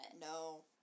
No